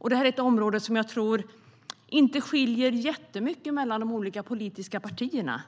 Jag tror inte att det skiljer jättemycket mellan de olika politiska partierna